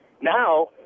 Now